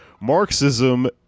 Marxism